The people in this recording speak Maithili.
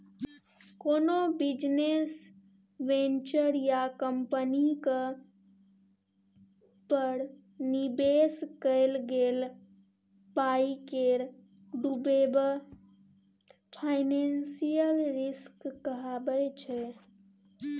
कोनो बिजनेस वेंचर या कंपनीक पर निबेश कएल गेल पाइ केर डुबब फाइनेंशियल रिस्क कहाबै छै